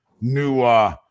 new –